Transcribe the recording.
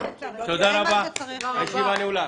תודה רבה לכולם שבאתם, הישיבה נעולה.